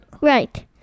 Right